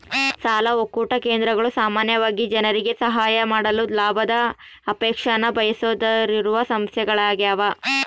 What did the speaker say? ಸಾಲ ಒಕ್ಕೂಟ ಕೇಂದ್ರಗಳು ಸಾಮಾನ್ಯವಾಗಿ ಜನರಿಗೆ ಸಹಾಯ ಮಾಡಲು ಲಾಭದ ಅಪೇಕ್ಷೆನ ಬಯಸದೆಯಿರುವ ಸಂಸ್ಥೆಗಳ್ಯಾಗವ